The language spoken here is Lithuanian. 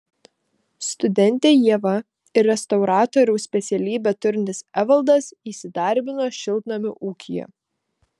studentė ieva ir restauratoriaus specialybę turintis evaldas įsidarbino šiltnamių ūkyje